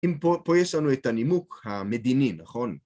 ‫אם פה פה יש לנו את הנימוק המדיני, נכון?